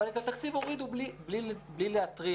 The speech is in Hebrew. אבל את התקציב הורידו בלי להתריע.